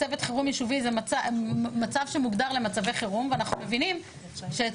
צוות חירום יישובי זה מצב שמוגדר למצבי חירום ואנחנו מבינים שאת